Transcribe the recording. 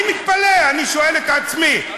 אני מתפלא, אני שואל את עצמי: